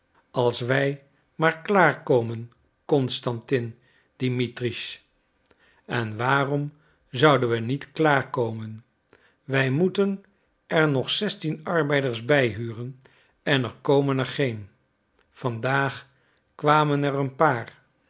als wij maar klaar komen constantin dimitritsch en waarom zouden we niet klaar komen wij moeten er nog zestien arbeiders bij huren en er komen er geen van daag kwamen er een paar